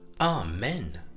Amen